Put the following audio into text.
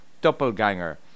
Doppelganger